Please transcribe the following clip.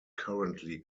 currently